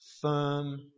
firm